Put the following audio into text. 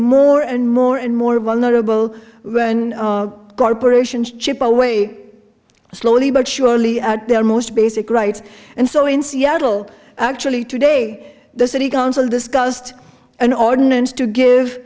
more and more and more vulnerable corporations chip away slowly but surely at their most basic rights and so in seattle actually today the city council discussed an ordinance to give